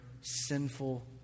sinful